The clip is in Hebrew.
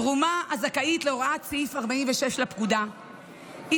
תרומה הזכאית להוראות סעיף 46 לפקודה היא